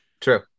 True